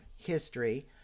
history